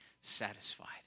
satisfied